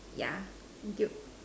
yeah thank you